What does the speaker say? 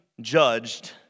judged